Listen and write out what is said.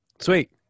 Sweet